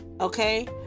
Okay